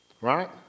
Right